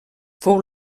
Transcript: fou